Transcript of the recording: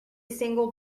single